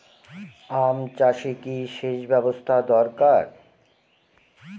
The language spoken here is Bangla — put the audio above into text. আম চাষে কি সেচ ব্যবস্থা দরকার?